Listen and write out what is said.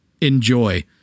enjoy